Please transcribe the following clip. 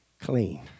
clean